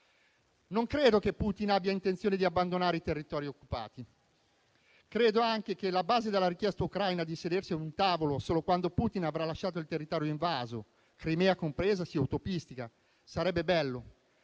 Non credo che Putin abbia intenzione di abbandonare i territori occupati. Credo anche che la base della richiesta ucraina di sedersi un tavolo solo quando Putin avrà lasciato il territorio invaso, Crimea compresa, sia utopistica. Sarebbe bello